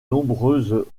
nombreuses